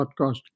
podcast